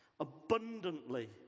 Abundantly